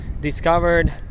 discovered